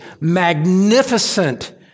magnificent